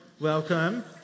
welcome